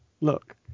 Look